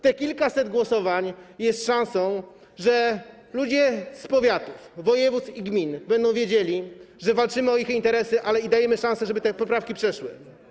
Te kilkaset głosowań daje szansę na to, że ludzie z powiatów, województw i gmin będą wiedzieli, że walczymy o ich interesy, ale i dajemy szansę, żeby te poprawki przeszły.